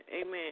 amen